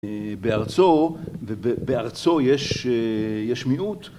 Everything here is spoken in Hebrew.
בארצו, ובארצו יש מיעוט